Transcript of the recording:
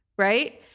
right?